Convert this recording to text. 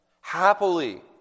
happily